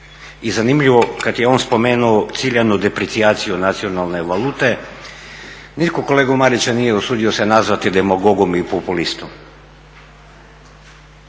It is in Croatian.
i zanimljivo kada je on spomenuo ciljanu deprecijaciju nacionalne valute, nitko se kolegu Marića nije usudio nazvati demagogom i populistom,